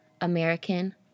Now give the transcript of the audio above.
American